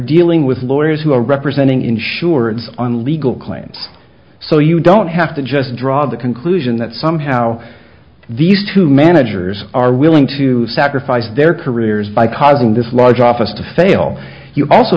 dealing with lawyers who are representing insurance on legal claims so you don't have to just draw the conclusion that somehow these two managers are willing to sacrifice their careers by causing this large office to fail you also